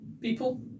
people